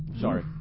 Sorry